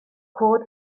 cod